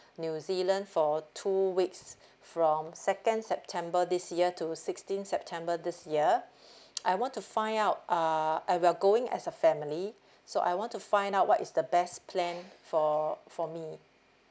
new zealand two weeks from second september this year to sixteen september this year I want to find out uh I we're going as a family so I want to find out what is the best plan for for me